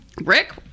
Rick